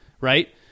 right